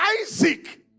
Isaac